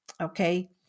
Okay